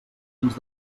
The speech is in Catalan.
ens